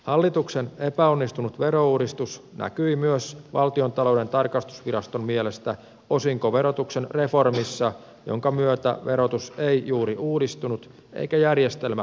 hallituksen epäonnistunut verouudistus näkyi myös valtiontalouden tarkastusviraston mielestä osinkoverotuksen reformissa jonka myötä verotus ei juuri uudistunut eikä järjestelmä yksinkertaistunut